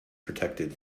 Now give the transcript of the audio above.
protected